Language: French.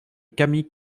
camille